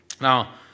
Now